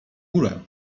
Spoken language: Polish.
górę